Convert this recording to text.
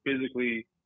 physically